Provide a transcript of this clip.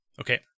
Okay